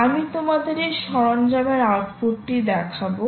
আমি তোমাদের এই সরঞ্জাম এর আউটপুটটি দেখাবো